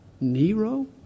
Nero